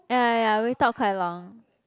ya ya ya we talk quite long